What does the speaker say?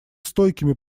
стойкими